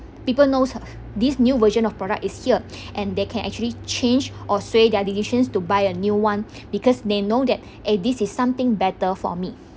people knows this new version of product is here and they can actually change or sway their decisions to buy a new one because they know that eh this is something better for me